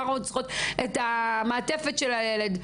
כמה אנחנו צריכות את המעטפת של הילד.